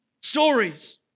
stories